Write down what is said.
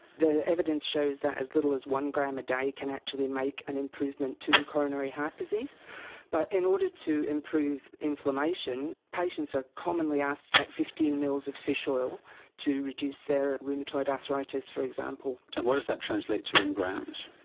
the evidence shows that as little as one gram a day can actually make an improvement to coronary heart disease but in order to improve inflammation patients are commonly asked to take fifteen mls of fish oil to reduce their rheumatoid arthritis for example. and what does that translate to in grams?